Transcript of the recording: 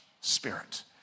spirit